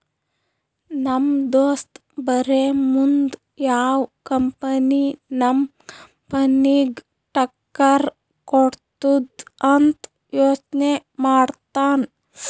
ನಮ್ ದೋಸ್ತ ಬರೇ ಮುಂದ್ ಯಾವ್ ಕಂಪನಿ ನಮ್ ಕಂಪನಿಗ್ ಟಕ್ಕರ್ ಕೊಡ್ತುದ್ ಅಂತ್ ಯೋಚ್ನೆ ಮಾಡ್ತಾನ್